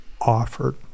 offered